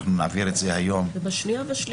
אנחנו נעביר את זה היום ------- אנחנו